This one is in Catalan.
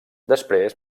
després